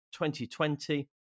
2020